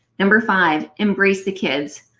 number five, emmembranes the kids.